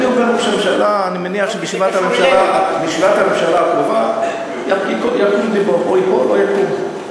אני מניח שבישיבת הממשלה הקרובה או יקום או ייפול.